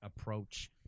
approach